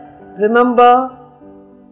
remember